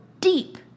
deep